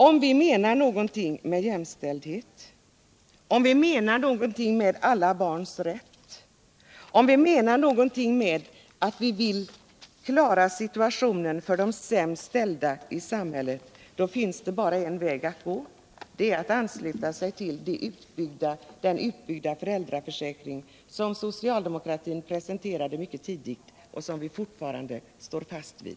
Om vi menar någonting med jämställdhet, om vi menar någonung med alla barns rätt, om vi menar någonting med att vi vill klara situationen för de sämst ställda i samhället, då finns det bara en väg att gå. Det är att ansluta sig till den utbyggda föräldraförsäkring som socialdemokratin presenterade mycket tidigt och som vi fortfarande står fast vid.